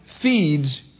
feeds